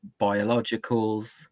biologicals